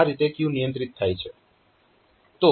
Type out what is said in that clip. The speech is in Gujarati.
તો આ રીતે ક્યુ નિયંત્રિત થાય છે